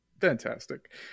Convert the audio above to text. Fantastic